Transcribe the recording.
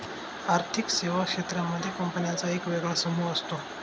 आर्थिक सेवा क्षेत्रांमध्ये कंपन्यांचा एक वेगळा समूह असतो